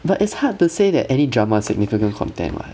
but it's hard to say that any drama significant content [what]